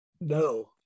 No